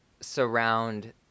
surround